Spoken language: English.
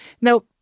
Now